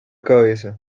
cabeza